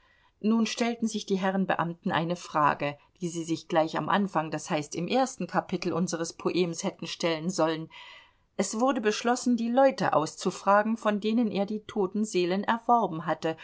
nun stellten sich die herren beamten eine frage die sie sich gleich am anfang d h im ersten kapitel unseres poems hätten stellen sollen es wurde beschlossen die leute auszufragen von denen er die toten seelen erworben hatte